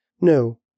No